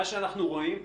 מה שאנחנו רואים,